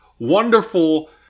wonderful